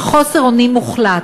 בחוסר אונים מוחלט.